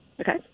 Okay